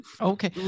Okay